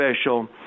special